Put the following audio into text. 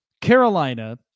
Carolina